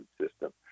system